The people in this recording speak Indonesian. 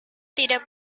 tidak